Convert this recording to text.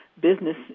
business